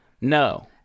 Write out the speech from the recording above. No